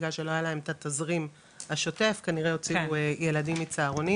בגלל שלא היה להן את התזרים השוטף כנראה הוציאו ילדים מצהרונים